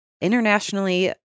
internationally